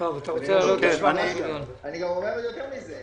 אני אומר גם יותר מזה,